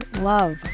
love